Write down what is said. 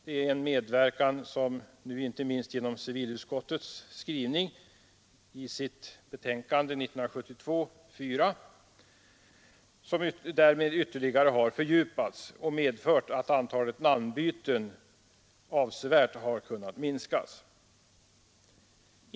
Det är ett samarbete som, inte minst genom civilutskottets skrivning i dess betänkande nr 4 år 1972, har ytterligare fördjupats och medfört att antalet namnbyten avsevärt kunnat minskas.